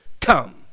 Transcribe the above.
come